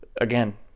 again